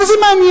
מה זה מעניין?